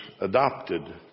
adopted